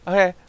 Okay